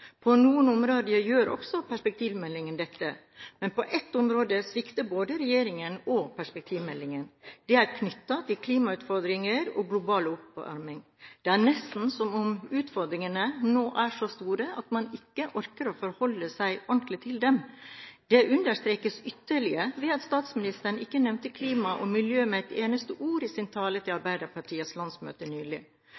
På noen områder gjør også perspektivmeldingen dette, men på ett område svikter både regjeringen og perspektivmeldingen. Det er knyttet til klimautfordringene og global oppvarming. Det er nesten som om utfordringene nå er så store at man ikke orker å forholde seg ordentlig til dem. Det understrekes ytterligere ved at statsministeren ikke nevnte klima og miljø med et eneste ord i sin tale til